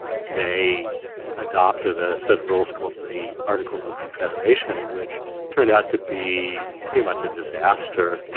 they adopted a set of rules called the articles of confederation, which turned out to be pretty much a disaster